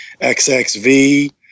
xxv